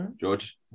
George